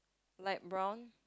light brown